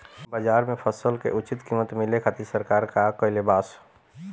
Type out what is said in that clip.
बाजार में फसल के उचित कीमत मिले खातिर सरकार का कईले बाऽ?